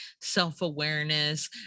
self-awareness